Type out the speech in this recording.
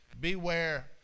beware